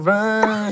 run